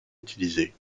utilisés